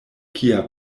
kia